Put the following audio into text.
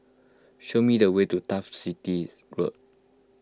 show me the way to Turf City Road